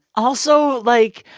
also, like,